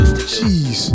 Jeez